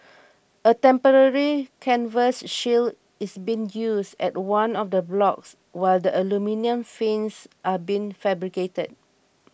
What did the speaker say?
a temporary canvas shield is being used at one of the blocks while the aluminium fins are being fabricated